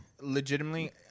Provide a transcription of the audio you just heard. legitimately